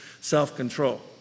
self-control